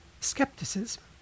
skepticism